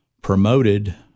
Promoted